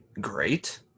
great